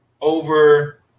over